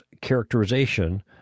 characterization